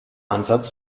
ansatz